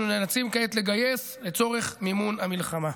נאלצים כעת לגייס לצורך מימון המלחמה.